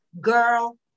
Girl